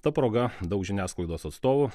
ta proga daug žiniasklaidos atstovų